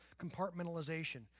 compartmentalization